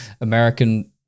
American